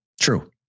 True